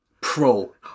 pro